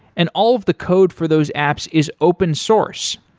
and all of the code for those apps is open-source.